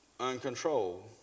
Uncontrolled